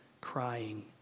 crying